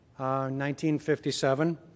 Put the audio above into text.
1957